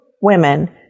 women